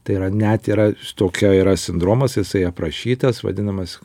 tai yra net yra tokia yra sindromas jisai aprašytas vadinamas